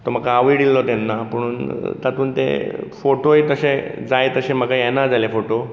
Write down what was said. तो म्हाका आवडिल्लो तेन्ना पूण तातूंत तें फोटो एक अशें जाय तशें म्हाका येना जाले फोटो